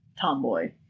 tomboy